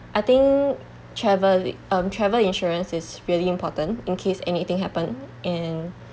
I think travel um travel insurance is really important in case anything happen and